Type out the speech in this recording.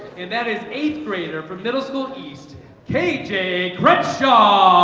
and that is eighth grader from middle school east kj crenshaw